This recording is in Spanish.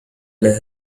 las